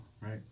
Right